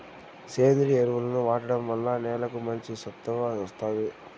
సేంద్రీయ ఎరువులను వాడటం వల్ల నేలకు మంచి సత్తువ వస్తాది